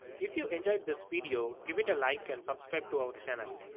if you enjoyed this video give it a like and subscribe to our channel.